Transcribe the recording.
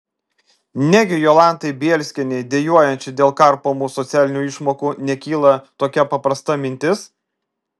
negi jolantai bielskienei dejuojančiai dėl karpomų socialinių išmokų nekyla tokia paprasta mintis